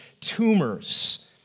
tumors